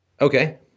Okay